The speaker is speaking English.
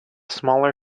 smaller